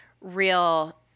real